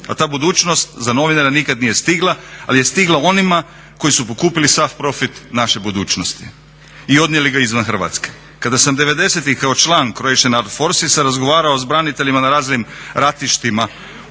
a ta budućnost za novinara nikad nije stigla, ali je stigla onima koji su pokupili sav profit naše budućnosti i odnijeli ga izvan Hrvatske. Kada sam devedesetih kao član Croatian art forcesa razgovarao sa braniteljima na raznim ratištima